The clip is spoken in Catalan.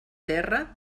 terra